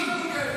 מי?